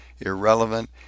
irrelevant